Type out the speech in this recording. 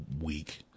week